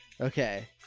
okay